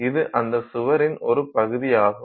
இது அந்த சுவரின் ஒரு பகுதியாகும்